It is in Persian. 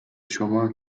شما